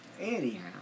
Anyhow